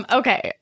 okay